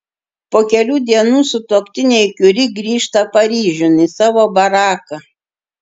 po kelių dienų sutuoktiniai kiuri grįžta paryžiun į savo baraką